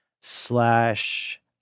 slash